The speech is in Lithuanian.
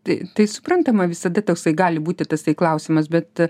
tai tai suprantama visada toksai gali būti tasai klausimas bet